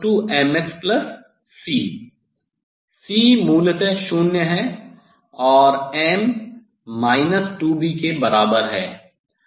ymxc c मूलतः शून्य है और m 2Bके बराबर है